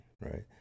right